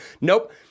Nope